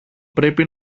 πρέπει